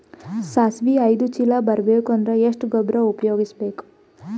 ಸಾಸಿವಿ ಐದು ಚೀಲ ಬರುಬೇಕ ಅಂದ್ರ ಎಷ್ಟ ಗೊಬ್ಬರ ಉಪಯೋಗಿಸಿ ಬೇಕು?